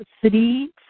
three